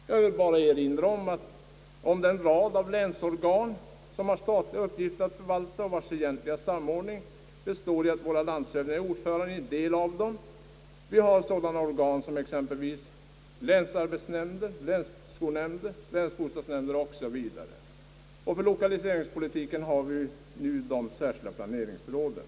Jag behöver endast erinra om den rad av länsorgan som har statliga uppgifter att förvalta och vilkas egentliga samordning består i att våra landshövdingar är ordförande i en del av dem. Dit hör exempelvis länsarbetsnämnd, länsskolnämnd, länsbostadsnämnd 0, s, v., och för lokaliseringspolitiken har vi de särskilda planeringsråden.